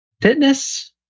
fitness